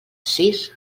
sis